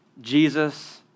Jesus